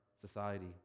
society